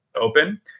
open